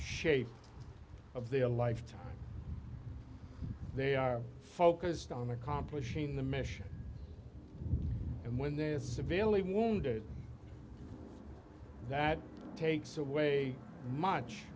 shape of the a life time they are focused on accomplishing the mission and when they're severely wounded that takes away much